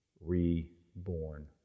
reborn